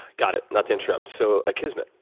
got it. not to interrupt. so akismet,